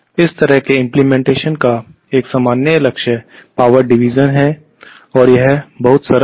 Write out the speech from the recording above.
तो इस तरह के इम्प्लीमेंटेशन का एक सामान्य लक्ष्य पावर डिवीज़न है और यह बहुत सरल है